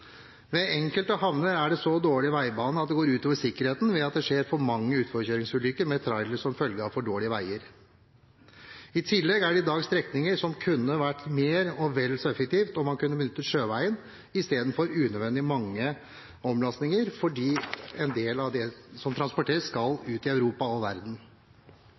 Ved enkelte havner er det så dårlig veibane at det går utover sikkerheten ved at det skjer for mange utforkjøringsulykker med trailere som følge av for dårlige veier. I tillegg er det i dag strekninger som kunne vært mer og vel så effektive om man kunne benyttet sjøveien istedenfor å ha unødvendig mange omlastinger, for en del av det som transporteres, skal ut i Europa og verden.